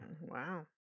Wow